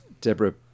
Deborah